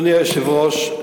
אדוני היושב-ראש,